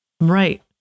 Right